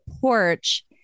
porch